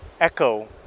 echo